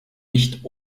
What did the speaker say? nicht